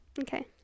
Okay